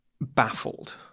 baffled